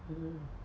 mm